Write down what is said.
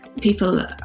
people